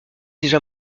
déjà